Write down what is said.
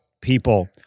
people